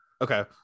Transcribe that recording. Okay